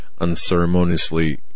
unceremoniously